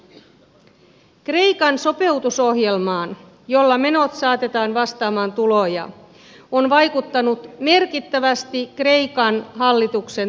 kreikan sopeutusohjelmaan jolla menot saatetaan vastaamaan tuloja on vaikuttanut merkittävästi kreikan hallituksen tahto